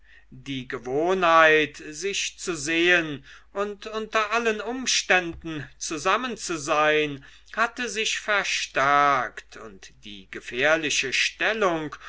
die gewohnheit sich zu sehen und unter allen umständen zusammen zu sein hatte sich verstärkt und die gefährliche stellung